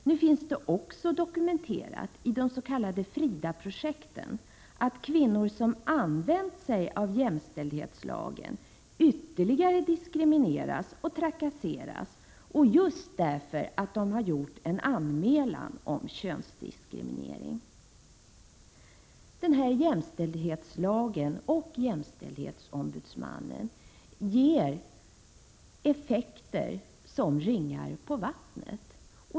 Nu finns det också dokumenterat i de s.k. Fridaprojekten att kvinnor som använt sig av jämställdhetslagen diskrimineras och trakasseras ytterligare just därför att de gjort anmälan om könsdiskriminering. Jämställdhetslagen och jämställdhetsombudsmannen ger effekter som ringar på vattnet.